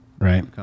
right